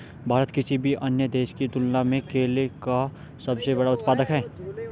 भारत किसी भी अन्य देश की तुलना में केले का सबसे बड़ा उत्पादक है